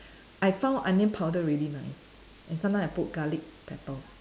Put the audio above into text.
I found onion powder really nice and sometimes I put garlic pepper